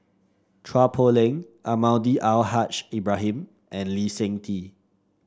Chua Poh Leng Almahdi Al Haj Ibrahim and Lee Seng Tee